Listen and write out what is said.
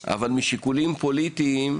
אבל לצערי, משיקולים פוליטיים,